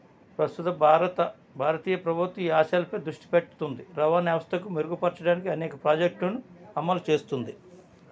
ప్రస్తుత భారత భారతీయ ప్రభుత్వ ఈ ఆశయాలపై దృష్టి పెడుతుంది రవాణా వ్యవస్థకు మెరుగుపరచడానికి అనేక ప్రాజెక్టులను అమలు చేస్తుంది